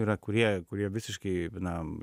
yra kurie kurie visiškai vienam